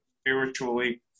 spiritually